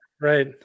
right